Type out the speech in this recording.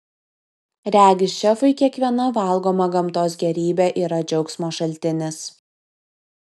regis šefui kiekviena valgoma gamtos gėrybė yra džiaugsmo šaltinis